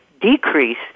decrease